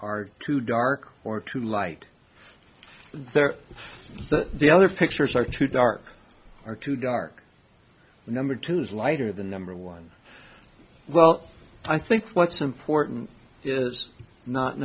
are too dark or too light there the other pictures are too dark or too dark the number two's light or the number one well i think what's important is not